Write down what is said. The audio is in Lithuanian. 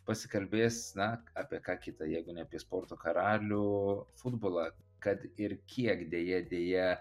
pasikalbės na apie ką kita jeigu ne apie sporto karalių futbolą kad ir kiek deja deja